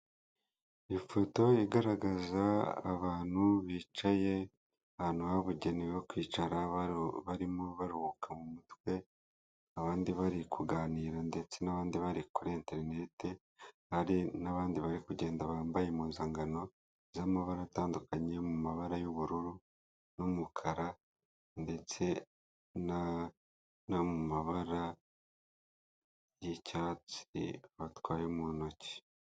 Ifoto igaragaza abantu bicaye ahantu habugenewe kwicara barimo baruhuka mu mutwe abandi bari kuganira, ndetse n'abandi bari kuri interineti hari n'abandi bari kugenda bambaye impuzangano z'amabara atandukanye mu mabara y'ubururu n'umukara, ndetse no mu mabara y'icyatsi batwaye mu ntoki.